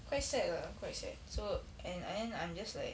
quite sad lah quite sad so and then I'm just like